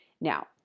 Now